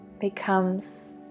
becomes